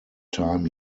time